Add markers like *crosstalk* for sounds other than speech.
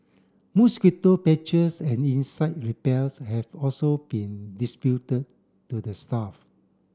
mosquito patches and insect *unintelligible* have also been *unintelligible* to the staff